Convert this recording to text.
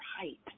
height